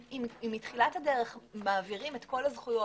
אם מתחילת הדרך מעבירים את כל הזכויות